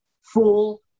full